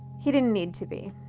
he didn't need to be.